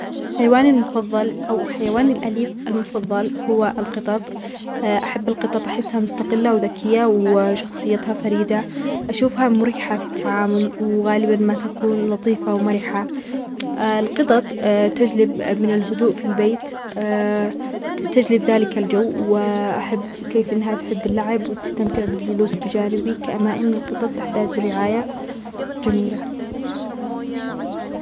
حيواني الأليف المفظل هو القطط أحب القطط أحسها مستقلة وذكية وشخصيتها فريدة أشوفها مريحة في التعامل وغالبا ما تكون لطيفة ومريحة القطط تجلب من الهدوء في البيت تجلب ذلك الجو وكيف أنها تحب اللعب وتستمتع بالجلوس بجانبي كأن القطط تحتاج رعاية جميلة.